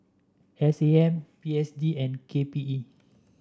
S A M P S D and K P E